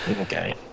Okay